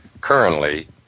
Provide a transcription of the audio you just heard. currently